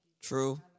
True